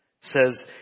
says